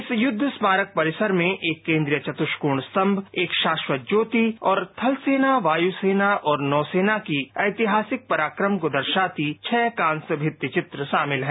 इस युद्ध स्मारक परिसर में एक केन्द्रीय चतर्षकोण स्तंभ एक शाश्वत ज्योति और थल सेना वायु सेना और नौसेना की ऐतिहासिक पराक्रम को दर्शाती छह कास्य वृतचित्र शामिल है